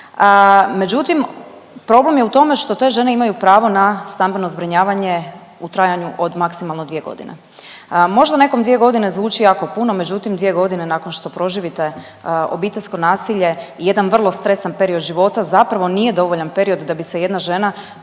Međutim, problem je u tome što te žene imaju pravo na stambeno zbrinjavanje u trajanju od maksimalno 2 godine. Možda nekom 2 godine zvuči jako puno, međutim 2 godine nakon što proživite obiteljsko nasilje je jedan vrlo stresan period života, zapravo nije dovoljan period da bi se jedna žena